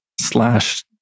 slash